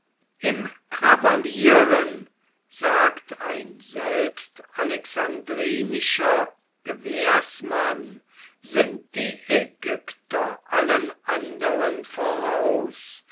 im krawallieren sagt ein selbst alexandrinischer gewährsmann sind die ägypter allen anderen voraus